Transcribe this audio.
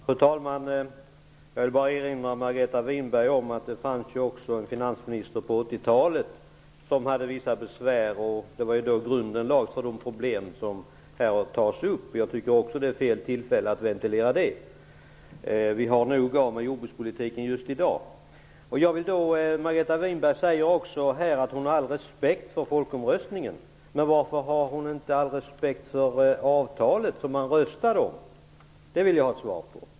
Fru talman! Jag vill bara erinra Margareta Winberg om att det fanns en finansminister på 80 talet som hade vissa besvär. Det var då grunden lades för de problem som har tagits upp här. Jag tycker också att det är fel tillfälle att ventilera dem. Vi har nog med jordbrukspolitiken av i dag. Margareta Winberg säger att hon har all respekt för folkomröstningen. Men varför har hon inte all respekt för det avtal som man röstade om? Den frågan vill jag ha ett svar på.